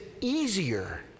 easier